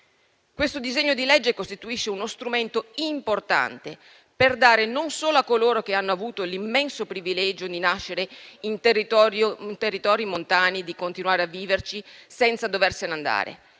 Questo disegno di legge costituisce uno strumento importante per dare non solo a coloro che hanno avuto l'immenso privilegio di nascere in territori montani di continuare a viverci senza doversene andare,